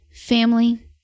family